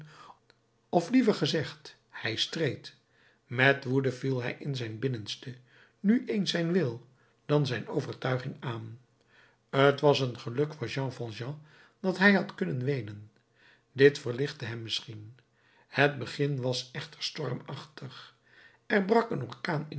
of liever gezegd hij streed met woede viel hij in zijn binnenste nu eens zijn wil dan zijn overtuiging aan t was een geluk voor jean valjean dat hij had kunnen weenen dit verlichtte hem misschien het begin was echter stormachtig er brak een orkaan in